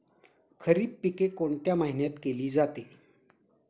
खरीप पिके कोणत्या महिन्यात केली जाते?